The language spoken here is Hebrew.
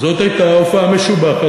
זאת הייתה הופעה משובחת,